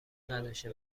نداشته